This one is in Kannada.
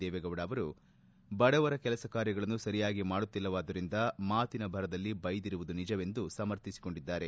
ದೇವೇಗೌಡ ಅವರು ಬಡವರ ಕೆಲಸ ಕಾರ್ಯಗಳನ್ನು ಸರಿಯಾಗಿ ಮಾಡುತ್ತಿಲ್ಲವಾದ್ದರಿಂದ ಮಾತಿನ ಭರದಲ್ಲಿ ಬೈದಿರುವುದು ನಿಜವೆಂದು ಸಮರ್ಥಿಸಿಕೊಂಡಿದ್ದಾರೆ